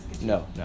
no